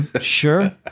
sure